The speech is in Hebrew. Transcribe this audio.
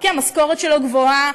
כי המשכורת שלו גבוהה,